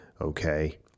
okay